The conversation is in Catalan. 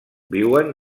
viuen